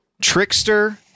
Trickster